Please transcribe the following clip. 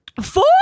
Four